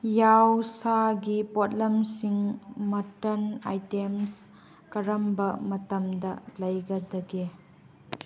ꯌꯥꯎ ꯁꯥꯒꯤ ꯄꯣꯠꯂꯝꯁꯤꯡ ꯃꯠꯇꯟ ꯑꯥꯏꯇꯦꯝꯁ ꯀꯔꯝꯕ ꯃꯇꯝꯗ ꯂꯩꯒꯗꯒꯦ